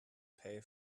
pay